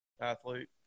athlete